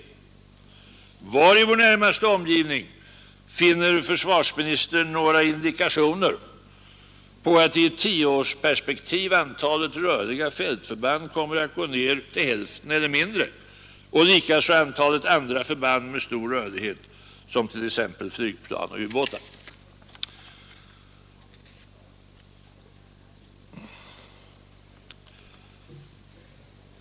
Var i vår närmaste omgivning finner försvarsministern några indikationer på att i ett tioårsperspektiv antalet rörliga fältförband kommer att gå ned till hälften eller mindre och likaså antalet andra förband med stor rörlighet, t.ex. förband med flygplan och ubåtar?